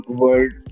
world